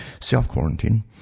self-quarantine